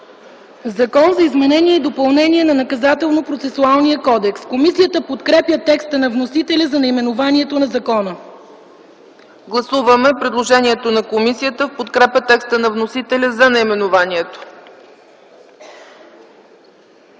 „Закон за изменение и допълнение на Наказателно-процесуалния кодекс”. Комисията подкрепя текста на вносителя за наименованието на закона. ПРЕДСЕДАТЕЛ ЦЕЦКА ЦАЧЕВА: Гласуваме предложението на комисията в подкрепа на текста на вносителя за наименованието